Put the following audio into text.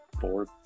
Four